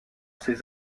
ses